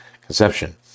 Conception